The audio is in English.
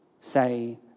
say